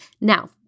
now